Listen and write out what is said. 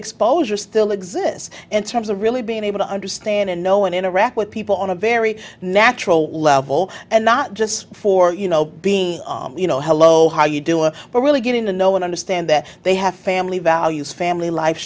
exposure still exists in terms of really being able to understand and know and interact with people on a very natural level and not just for you know being you know hello how you do it but really getting to know and understand that they have family values family life